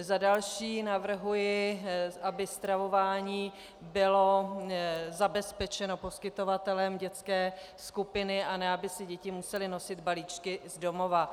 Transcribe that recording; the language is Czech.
Za další navrhuji, aby stravování bylo zabezpečeno poskytovatelem dětské skupiny, a ne aby si děti musely nosit balíčky z domova.